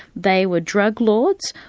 they were drug lords,